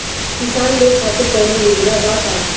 किसान लोग खातिर कौनों योजना बा का?